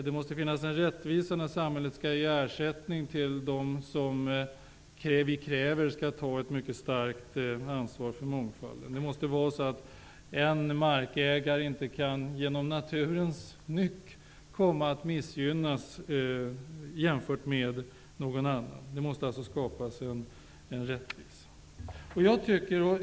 Det måste finnas en rättvisa när samhället skall ge ersättning till dem som vi kräver skall ta ett mycket starkt ansvar för mångfalden. Det måste vara så att en markägare inte genom naturens nyck kan komma att missgynnas jämfört med någon annan. Det måste alltså skapas en rättvisa.